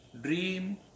dream